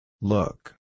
look